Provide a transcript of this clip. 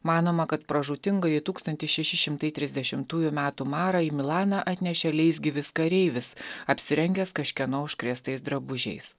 manoma kad pražūtingąjį tūkstantis šeši šimtai trisdešimtųjų metų marą į milaną atnešė leisgyvis kareivis apsirengęs kažkieno užkrėstais drabužiais